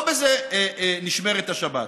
לא בזה נשמרת השבת.